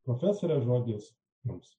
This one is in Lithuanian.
profesore žodis jums